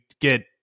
get